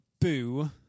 boo